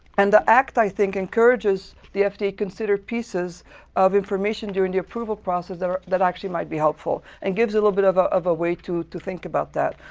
and the act, i think, encourages the fda-considered pieces of information during the approval process that actually might be helpful, and gives a little bit of ah of a way to to think about that.